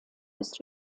ist